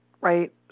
right